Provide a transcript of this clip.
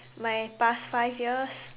my past five years